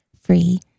Free